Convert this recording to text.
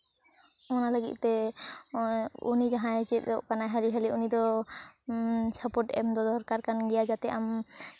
ᱚᱱᱟ ᱞᱟᱹᱜᱤᱫ ᱛᱮ ᱩᱱᱤ ᱡᱟᱦᱟᱸᱭ ᱪᱮᱫᱚᱜ ᱠᱟᱱᱟᱭ ᱦᱟᱹᱞᱤ ᱦᱟᱹᱞᱤ ᱩᱱᱤ ᱫᱚ ᱥᱟᱯᱳᱨᱴ ᱮᱢᱫᱚ ᱫᱚᱨᱠᱟᱨ ᱠᱟᱱ ᱜᱮᱭᱟ ᱡᱟᱛᱮ ᱟᱢ